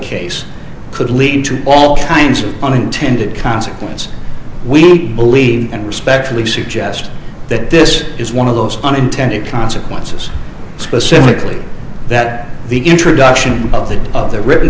case could lead to all kinds of unintended consequence we believe and respectfully suggest that this is one of those unintended consequences specifically that the introduction of their written